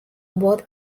both